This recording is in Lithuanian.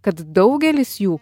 kad daugelis jų